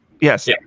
Yes